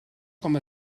coma